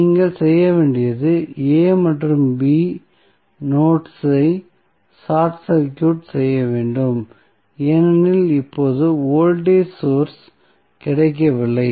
நீங்கள் செய்ய வேண்டியது a மற்றும் b நோட்ஸ் ஐ ஷார்ட் சர்க்யூட் செய்ய வேண்டும் ஏனெனில் இப்போது வோல்டேஜ் சோர்ஸ் கிடைக்கவில்லை